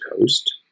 coast